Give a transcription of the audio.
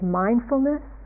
mindfulness